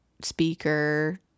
speaker